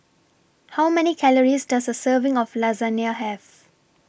How Many Calories Does A Serving of Lasagne Have